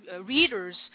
readers